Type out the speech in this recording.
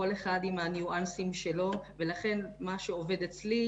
כל אחד עם הניואנסים שלו ולכן מה שעובד אצלי,